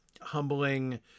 humbling